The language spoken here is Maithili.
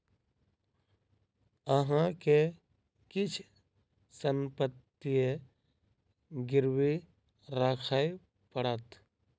अहाँ के किछ संपत्ति गिरवी राखय पड़त